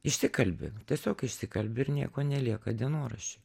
išsikalbi tiesiog išsikalbi ir nieko nelieka dienoraščiui